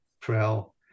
trail